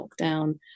lockdown